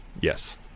Yes